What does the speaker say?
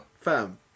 fam